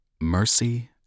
mercy